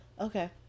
Okay